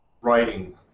writing